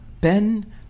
Ben